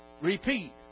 repeat